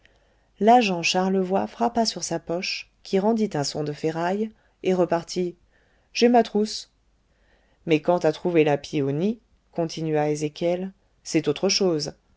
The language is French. l'agent charlevoy frappa sur sa poche qui rendit un son de ferraille et repartit j'ai ma trousse mais quant à trouver la pie au nid continua ezéchiel c'est autre chose